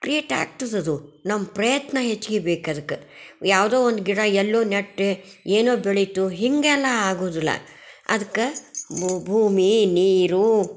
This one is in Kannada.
ಕ್ರಿಯೇಟ್ ಆಗ್ತದದು ನಮ್ಮ ಪ್ರಯತ್ನ ಹೆಚ್ಗೆ ಬೇಕು ಅದಕ್ಕೆ ಯಾವುದೋ ಒಂದು ಗಿಡ ಎಲ್ಲೋ ನೆಟ್ಟೆ ಏನೋ ಬೆಳೀತು ಹೀಗೆಲ್ಲ ಆಗೋದಿಲ್ಲಅದಕ್ಕೆ ಭೂಮಿ ನೀರು